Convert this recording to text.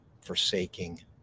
forsaking